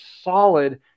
solid